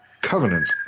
Covenant